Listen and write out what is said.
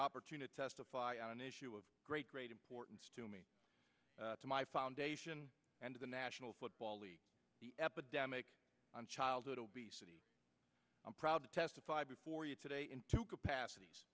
opportunity to fly on an issue of great great importance to me to my foundation and to the national football league the epidemic on childhood obesity i'm proud to testify before you today in two capacities